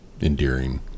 endearing